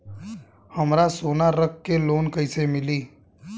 हमरा सोना रख के लोन कईसे मिली?